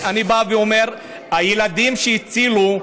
אני בא ואומר: הילדים שהצילו,